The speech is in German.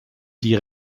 die